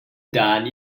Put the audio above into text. done